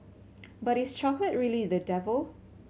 but is chocolate really the devil